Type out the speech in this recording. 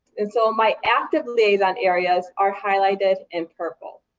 and so my active liaison areas are highlighted in purple.